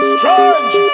Strange